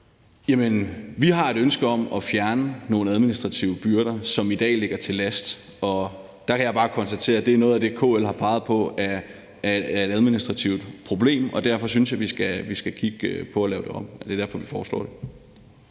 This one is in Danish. Vi har et ønske om at fjerne nogle administrative byrder, som i dag ligger til last. Der kan jeg bare konstatere, at det er noget af det, KL har peget på er et administrativt problem. Derfor synes jeg, vi skal kigge på at lave det om, og det er derfor, vi foreslår det.